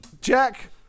Jack